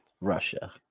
Russia